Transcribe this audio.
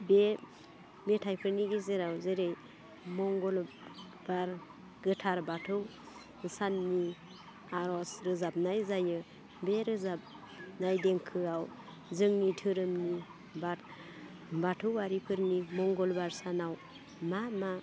बे मेथाइफोरनि गेजेराव जेरै मंगलबार गोथार बाथौ साननि आर'ज रोजाबनाय जायो बे रोजाबनाय देंखोआव जोंनि धोरोमनि बा बाथौवारिफोरनि मंगलबार सानाव मा मा